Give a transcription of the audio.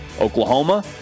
Oklahoma